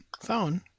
phone